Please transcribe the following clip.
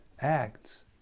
acts